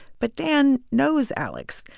but dan knows alex.